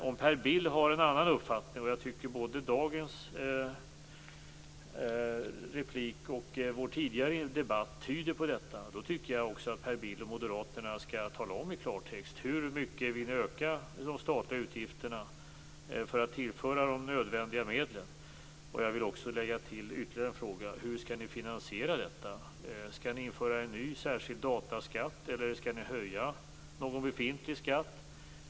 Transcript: Om Per Bill har en annan uppfattning - och jag tycker att både dagens inlägg och vår tidigare debatt tyder på detta - anser jag att Per Bill och moderaterna i klartext skall tala om hur mycket de vill öka de statliga utgifterna för att kunna tillföra de nödvändiga medlen. Jag vill ställa ytterligare en fråga: Hur skall ni finansiera detta? Skall ni införa en ny, särskild dataskatt, eller skall ni höja någon befintlig skatt?